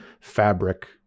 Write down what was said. fabric